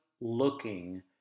looking